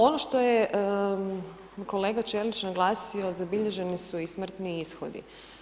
Ono što je kolega Ćelić naglasio, zabilježeni su i smrtni ishodi.